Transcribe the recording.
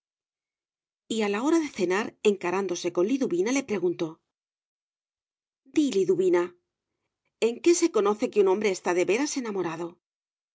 y a la hora de cenar encarándose con liduvina le preguntó di liduvina en qué se conoce que un hombre está de veras enamorado